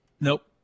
Nope